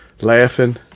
laughing